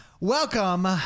Welcome